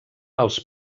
als